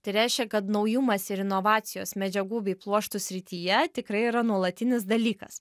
tai reiškia kad naujumas ir inovacijos medžiagų bei pluoštų srityje tikrai yra nuolatinis dalykas